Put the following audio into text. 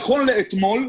נכון לאתמול,